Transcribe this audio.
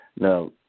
Now